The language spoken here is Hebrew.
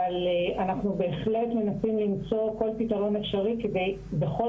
אבל אנחנו בהחלט מנסים למצוא כל פתרון אפשרי כדי שבכל